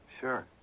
Sure